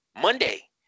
Monday